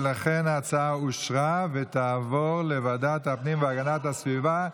ולכן ההצעה אושרה ותעבור לוועדת הפנים והגנת הסביבה.